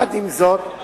עם זאת,